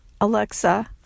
Alexa